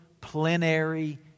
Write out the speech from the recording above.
plenary